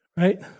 Right